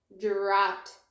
dropped